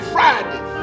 Friday